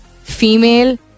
female